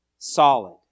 Solid